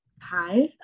Hi